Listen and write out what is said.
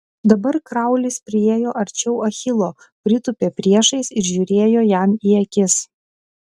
dabar kraulis priėjo arčiau achilo pritūpė priešais ir žiūrėjo jam į akis